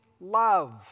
love